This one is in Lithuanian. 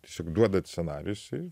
tiesiog duodat scenarijų jisai